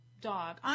dog